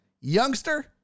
youngster